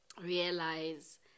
realize